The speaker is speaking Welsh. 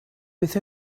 beth